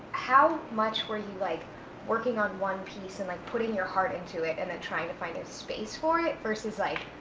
how much were you like working on one piece and like putting your heart into it and then trying to find a space for it, versus, like,